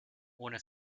ohne